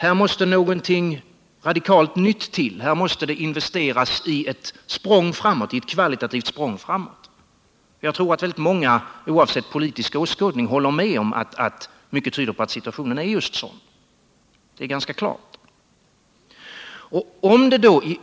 Här måste det till något radikalt nytt, här måste det investeras i ett kvalitativt språng framåt. Jag tror att många, oavsett politisk åskådning, håller med om att mycket tyder på att situationen är sådan.